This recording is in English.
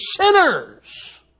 sinners